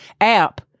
app